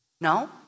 No